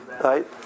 right